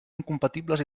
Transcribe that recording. incompatibles